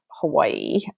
hawaii